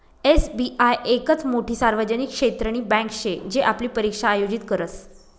SBI येकच मोठी सार्वजनिक क्षेत्रनी बँके शे जी आपली परीक्षा आयोजित करस